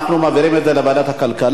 אנחנו מעבירים את זה לוועדת הכלכלה,